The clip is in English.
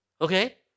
okay